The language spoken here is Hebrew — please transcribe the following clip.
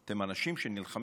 אתם אנשים שנלחמים,